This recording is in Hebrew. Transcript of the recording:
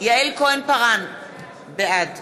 יעל כהן-פארן, בעד